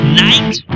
night